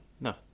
no